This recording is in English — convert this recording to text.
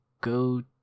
go